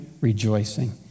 rejoicing